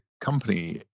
company